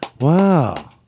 Wow